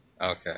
Okay